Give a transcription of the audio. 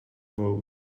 mode